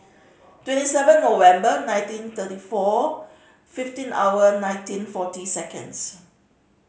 twenty seven November nineteen thirty four fifteen hour nineteen forty seconds